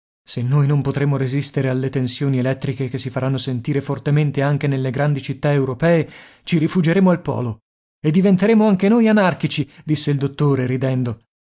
se noi non potremo resistere alle tensioni elettriche che si faranno sentire fortemente anche nelle grandi città europee ci rifugeremo al polo e diventeremo anche noi anarchici disse il dottore ridendo